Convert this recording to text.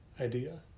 idea